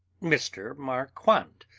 mr. marquand,